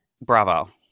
Bravo